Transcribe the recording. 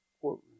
courtroom